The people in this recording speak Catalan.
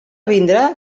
vindrà